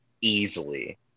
easily